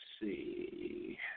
see